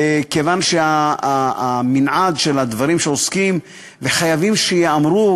כיוון שהמנעד של הדברים שעוסקים בהם וחייבים שייאמרו,